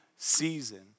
season